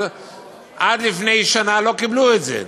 אבל עד לפני שנה לא קיבלו את זה,